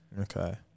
okay